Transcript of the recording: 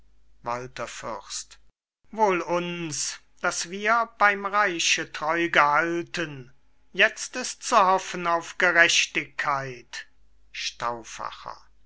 walther fürst wohl uns dass wir beim reiche treu gehalten jetzt ist zu hoffen auf gerechtigkeit